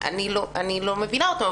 אני לא מכירה אותם,